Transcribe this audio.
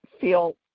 feel